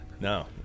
no